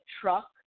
truck